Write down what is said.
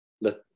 Let